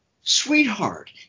sweetheart